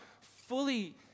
fully